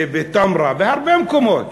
בתמרה, בהרבה מקומות.